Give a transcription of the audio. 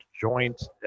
joint